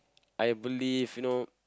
I believe you know